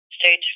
Stage